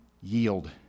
yield